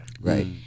Right